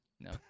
No